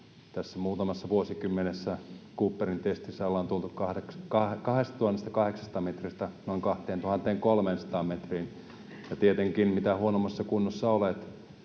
Tässä muutamassa vuosikymmenessä Cooperin testissä ollaan tultu 2 800 metristä noin 2 300 metriin. Ja tietenkin, mitä huonommassa kunnossa olet,